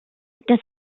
dass